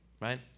right